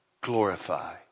glorify